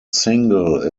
single